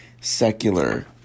secular